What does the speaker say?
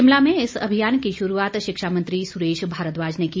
शिमला में इस अभियान की शुरूआत शिक्षा मंत्री सुरेश भारद्वाज ने की